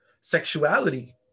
sexuality